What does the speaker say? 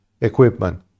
equipment